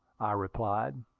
i replied.